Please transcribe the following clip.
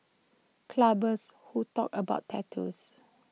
clubbers who talk about tattoos